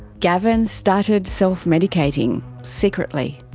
gavin started self-medicating, secretly,